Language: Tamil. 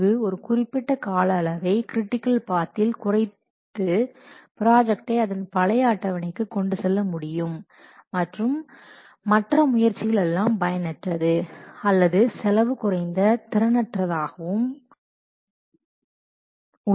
இங்கு ஒரு குறிப்பிட்ட கால அளவை கிரிட்டிக்கல் பாத் இல் குறைத்து ப்ராஜெக்டை அதன் பழைய அட்டவணைக்கு கொண்டு செல்ல முடியும் மற்றும் மற்ற முயற்சிகள் எல்லாம் பயனற்றது அல்லது செலவு குறைந்த திறன் அற்றதாகவும் non cost productive effective உள்ளது